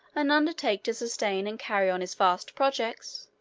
and undertake to sustain and carry on his vast projects,